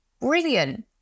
brilliant